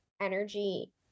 energy